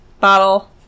bottle